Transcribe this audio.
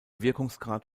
wirkungsgrad